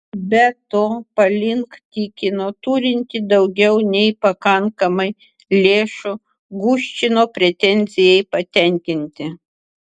be to palink tikino turinti daugiau nei pakankamai lėšų guščino pretenzijai patenkinti